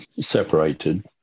separated